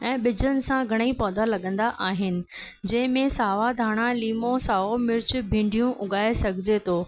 ऐं ॿिजनि सां घणेई पौधा लॻंदा आहिनि जंहिंमें सावा धाणा लीमो साओ मिर्च भींडियूं उॻाए सघिजे थो